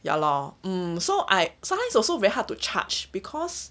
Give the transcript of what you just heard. ya lor mm so I sometimes also very hard to charge because